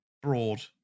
Broad